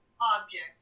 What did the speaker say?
object